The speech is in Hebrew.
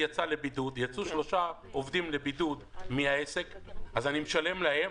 יצאו שלושה עובדים לבידוד מן העסק אז אני משלם להם,